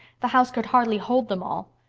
the house could hardly hold them all.